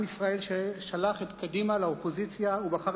עם ישראל שלח את קדימה לאופוזיציה ובחר